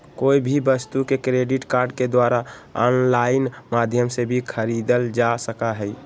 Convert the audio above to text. कोई भी वस्तु के क्रेडिट कार्ड के द्वारा आन्लाइन माध्यम से भी खरीदल जा सका हई